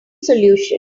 solution